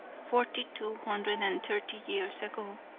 forty-two hundred and thirty years ago,